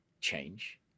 change